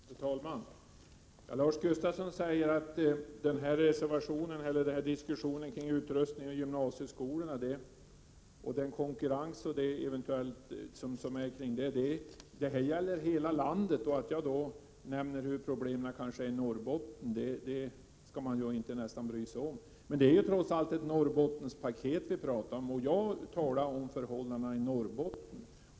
Herr talman! Lars Gustafsson säger att det utskottet skrivit om utrustning i gymnasieskolorna gäller hela landet, och när jag nämner hur problemen är i Norrbotten tycker han nästan inte att man skall bry sig om det. Det är trots allt ett Norrbottenspaket vi behandlar, och jag talar om förhållandena i Norrbotten.